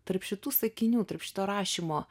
tarp šitų sakinių tarp šito rašymo